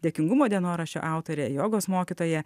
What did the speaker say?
dėkingumo dienoraščio autorė jogos mokytoja